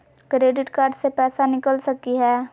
Credit card से पैसा निकल सकी हय?